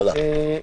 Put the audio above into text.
הלאה.